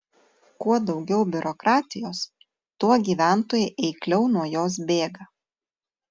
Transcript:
kuo daugiau biurokratijos tuo gyventojai eikliau nuo jos bėga